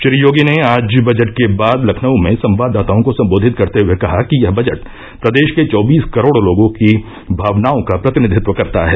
श्री योगी ने आज बजट के बाद लखनऊ में संवाददाताओं को संबोधित करते हुए कहा कि यह बजट प्रदेश के चौबीस करोड़ लोगों की भावनाओं का प्रतिनिधित्व करता है